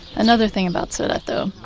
another thing about sodeto,